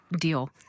deal